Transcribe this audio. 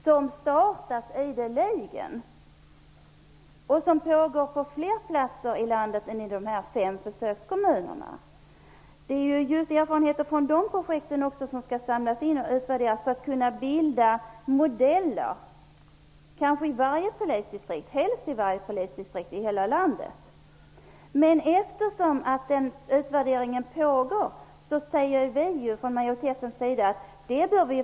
De startas ideligen, och de pågår på fler platser i landet än i dessa fem försökskommuner. Erfarenheterna från dessa projekt skall samlas in och utvärderas för att kunna bilda modeller, helst i varje polisdistrikt i hela landet. Majoriteten menar att vi bör invänta resultatet av den utvärdering som pågår.